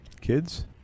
Kids